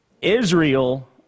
Israel